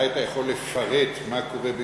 אולי אתה יכול לפרט מה קורה בגוש-עציון?